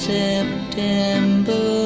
september